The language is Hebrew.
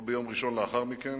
או ביום ראשון לאחר מכן,